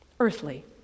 Earthly